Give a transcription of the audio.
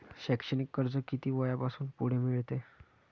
शैक्षणिक कर्ज किती वयापासून पुढे मिळते?